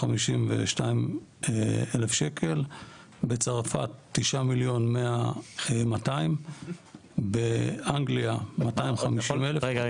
352,000. בצרפת 9,200,000. באנגליה 250,000. רגע,